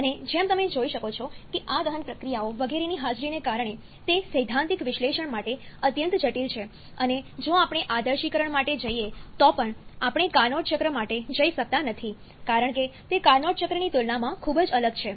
અને જેમ તમે જોઈ શકો છો કે આ દહન પ્રક્રિયાઓ વગેરેની હાજરીને કારણે તે સૈદ્ધાન્તિક વિશ્લેષણ માટે અત્યંત જટિલ છે અને જો આપણે આદર્શીકરણ માટે જઈએ તો પણ આપણે કાર્નોટ ચક્ર માટે જઈ શકતા નથી કારણ કે તે કાર્નોટ ચક્રની તુલનામાં ખૂબ જ અલગ છે